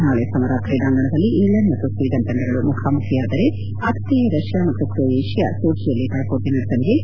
ನಾಳೆ ಸಮರಾ ಕ್ರೀಡಾಂಗಣದಲ್ಲಿ ಇಂಗ್ಲೆಂಡ್ ಮತ್ತು ಸ್ವೀಡನ್ ತಂಡಗಳು ಮುಖಾಮುಖಿಯಾದರೆ ಆಪಿಥೇಯ ರಷ್ಯಾ ಮತ್ತು ಕೊಯೇಷ್ಯಾ ಸೋಚಿಯಲ್ಲಿ ವೈಸೋಟ ನಡೆಸಲಿವೆ